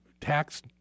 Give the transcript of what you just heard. tax